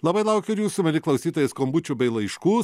labai laukiu ir jūsų mieli klausytojai skambučių bei laiškų